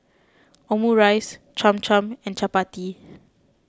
Omurice Cham Cham and Chapati